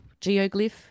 geoglyph